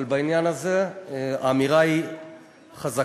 אבל בעניין הזה האמירה היא חזקה,